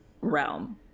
realm